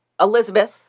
Elizabeth